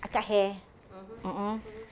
I cut hair mm mm